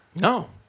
No